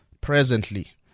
presently